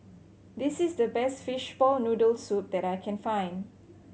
this is the best fishball noodle soup that I can find